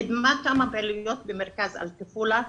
קידמה כמה פעילויות במרכז אלטופולה,